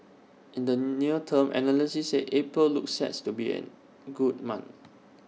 in the near term analysts said April looks set to be an good month